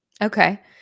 Okay